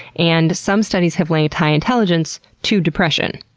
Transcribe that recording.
and some studies have linked high intelligence to depression.